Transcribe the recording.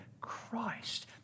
Christ